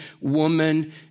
woman